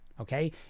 okay